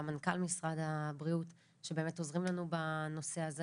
מנכ"ל משרד הבריאות שבאמת עוזרים לנו בנושא הזה